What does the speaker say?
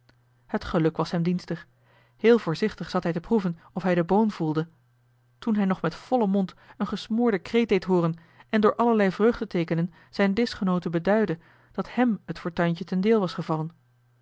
het geluk was hem dienstig heel voorzichtig zat hij te proeven of hij de boon voelde toen hij nog met vollen mond een gesmoorden kreet deed hooren en door allerlei vreugdeteekenen zijn dischgenooten beduidde dat hem het fortuintje ten deel was gevallen